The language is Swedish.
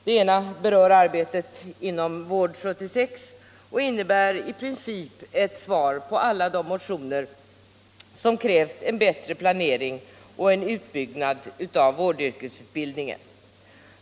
Det ena berör arbetet inom Vård-76 och innebär i princip ett svar på alla de motioner som krävt en bättre planering och en utbyggnad av vårdyrkesutbildningen.